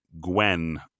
Gwen